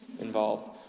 involved